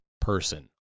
person